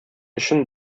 өчен